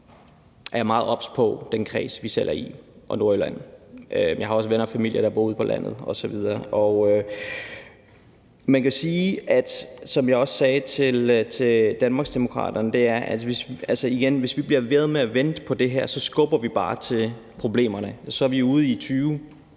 jeg meget obs på den kreds, vi selv er i, og på Nordjylland. Jeg har også venner og familie, der bor ude på landet osv. Og man kan jo igen også sige, som jeg også sagde til Danmarksdemokraterne, at vi, hvis vi bliver ved med at vente på det her, så bare skubber til problemerne, og at vi så er ude i 2030,